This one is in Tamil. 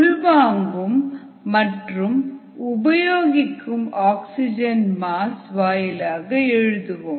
உள்வாங்கும் மற்றும் உபயோகிக்கப்படும் ஆக்சிஜன் மாஸ் வாயிலாக எழுதுவோம்